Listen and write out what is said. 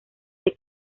que